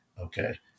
okay